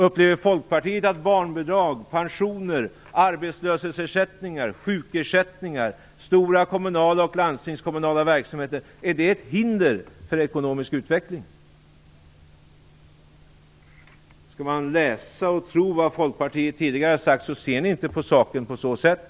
Upplever Folkpartiet att barnbidrag, pensioner, arbetslöshetsersättningar, sjukersättningar, stora kommunala och landstingskommunala verksamheter är ett hinder för ekonomisk utveckling? Skall man tro vad Folkpartiet tidigare sagt, ser ni inte på saken på så sätt.